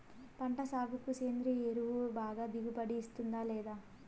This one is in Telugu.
పంట సాగుకు సేంద్రియ ఎరువు బాగా దిగుబడి ఇస్తుందా లేదా